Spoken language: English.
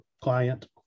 client